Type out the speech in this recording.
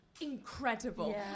incredible